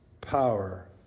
power